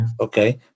Okay